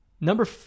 Number